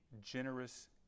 generous